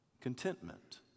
contentment